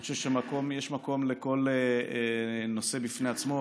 אני חושב שיש מקום לכל נושא בפני עצמו.